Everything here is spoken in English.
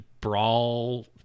Brawl